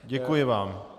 Děkuji vám.